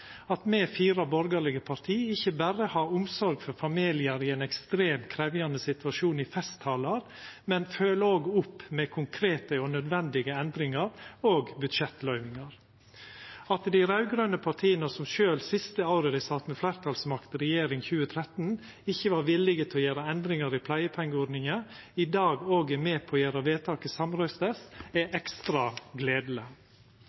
at me fire borgarlege partia ikkje berre i festtalar har omsorg for familiar i ein ekstremt krevjande situasjon, men følgjer òg opp med konkrete og nødvendige endringar og budsjettløyvingar. At dei raud-grøne partia – som sjølve siste året dei sat med fleirtalsmakt i regjering, 2013, ikkje var villige til å gjera endringar i pleiepengeordninga – i dag òg er med på å gjera vedtaket samrøystes, er ekstra gledeleg.